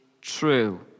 true